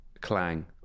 Clang